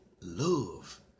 love